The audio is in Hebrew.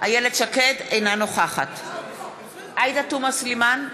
אינה נוכחת עאידה תומא סלימאן,